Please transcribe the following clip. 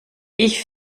ich